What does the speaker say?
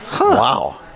Wow